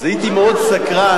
הייתי מאוד סקרן.